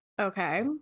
Okay